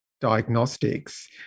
diagnostics